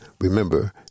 Remember